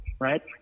right